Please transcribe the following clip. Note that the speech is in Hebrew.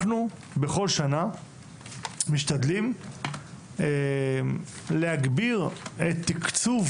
אנחנו בכל שנה משתדלים להגביר את תקצוב